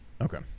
Okay